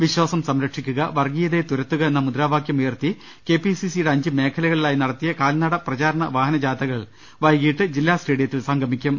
വിശ്വാസം സംരക്ഷിക്കുക വർഗീയതയെ തുരത്തുക എന്ന മുദ്രാവാകൃം ഉയർത്തി കെപിസിസിയുടെ അഞ്ച് മേഖലകളിലായി നടത്തിയ കാൽനട പ്രചാരണ വാഹന ജാഥകൾ വൈകീട്ട് ജില്ലാ സ്റ്റേഡിയത്തിൽ സംഗമിക്കും